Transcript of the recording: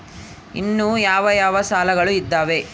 ಇನ್ನು ಯಾವ ಯಾವ ಸಾಲಗಳು ಇದಾವೆ?